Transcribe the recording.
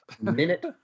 Minute